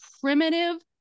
primitive